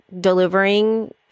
delivering